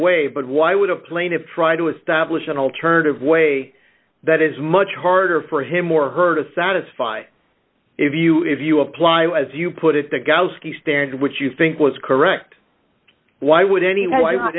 way but why would a plaintive try to establish an alternative way that is much harder for him or her to satisfy if you if you apply as you put it to go ski stairs which you think was correct why would anyone want